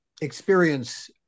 experience